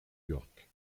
york